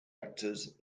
actors